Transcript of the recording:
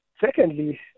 Secondly